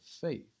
faith